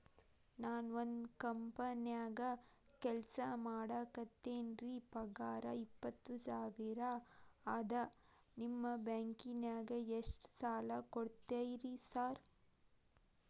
ನಾನ ಒಂದ್ ಕಂಪನ್ಯಾಗ ಕೆಲ್ಸ ಮಾಡಾಕತೇನಿರಿ ಪಗಾರ ಇಪ್ಪತ್ತ ಸಾವಿರ ಅದಾ ನಿಮ್ಮ ಬ್ಯಾಂಕಿನಾಗ ಎಷ್ಟ ಸಾಲ ಕೊಡ್ತೇರಿ ಸಾರ್?